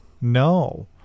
No